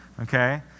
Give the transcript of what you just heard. okay